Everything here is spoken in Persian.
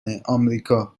آمریکا